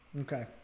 Okay